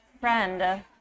friend